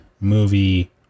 movie